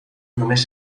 només